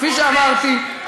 כפי שאמרתי,